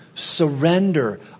surrender